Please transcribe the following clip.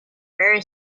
very